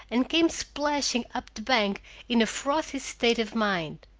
and came splashing up the bank in a frothy state of mind.